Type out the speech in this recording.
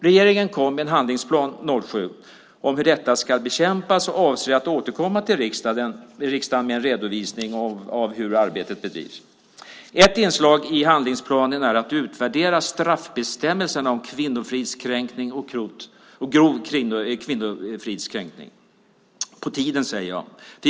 Regeringen kom med en handlingsplan 2007 om hur detta ska bekämpas och avser att återkomma till riksdagen med en redovisning av hur arbetet bedrivs. Ett inslag i handlingsplanen är att utvärdera straffbestämmelserna om kvinnofridskränkning och grov kvinnofridskränkning. Det är på tiden, säger jag.